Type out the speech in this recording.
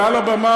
מעל הבמה,